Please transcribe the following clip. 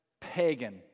pagan